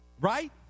Right